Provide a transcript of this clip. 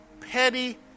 petty